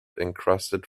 encrusted